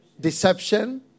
Deception